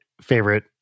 favorite